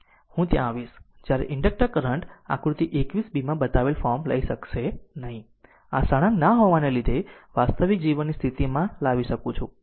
હું ત્યાં આવીશ જ્યારે ઇન્ડક્ટર કરંટ આકૃતિ 21 b માં બતાવેલ ફોર્મ લઈ શકશે નહીં આ સળંગ ના હોવાને લીધે વાસ્તવિક જીવનની સ્થિતિમાં લાવી શકું છું